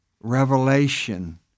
revelation